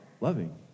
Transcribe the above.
loving